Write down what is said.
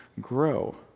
grow